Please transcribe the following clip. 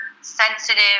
sensitive